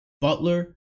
Butler